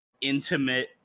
intimate